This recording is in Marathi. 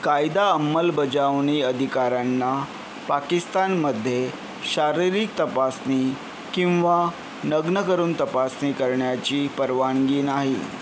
कायदा अंमलबजावणी अधिकाऱ्यांना पाकिस्तानमध्ये शारीरिक तपासणी किंवा नग्न करून तपासणी करण्याची परवानगी नाही